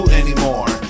anymore